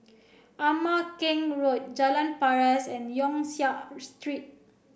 Ama Keng Road Jalan Paras and Yong Siak Street